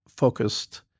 Focused